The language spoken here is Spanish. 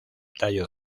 tallo